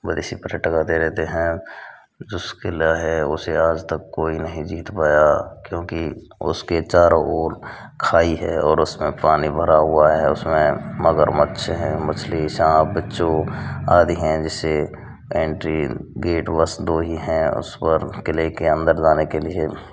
विदेशी पर्यटक आते रहते हैं जो यह किला है उसे आज तक कोई जीत नहीं पाया क्योकि उसके चारों ओर खाई है और उसमें पानी भरा हुआ है उसमें मगरमच्छ हैं मछली साँप बिच्छू आदि हैं जिससे एंट्री गेट बस दो हीं हैं उस भरतपुर किले के अंदर जाने के लिए